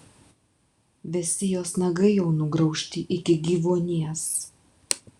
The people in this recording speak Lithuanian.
visi jos nagai jau nugraužti iki gyvuonies